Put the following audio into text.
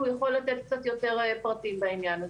והוא יכול לתת קצת יותר פרטים בעניין הזה.